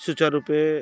ସୁଚାରୁ ରୂପେ